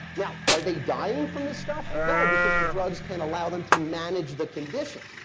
now, are they dying from this stuff? no, because the drugs can allow them to manage the condition.